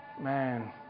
Man